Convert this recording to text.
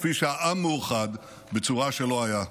כפי שעם מאוחד בצורה שלא הייתה.